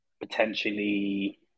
potentially